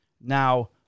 Now